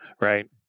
right